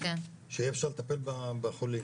שיהיה אפשר לטפל בחולים,